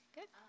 Good